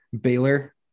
Baylor